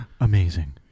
Amazing